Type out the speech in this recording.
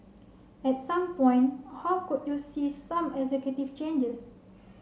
at some point how could you see some executive changes